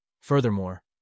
Furthermore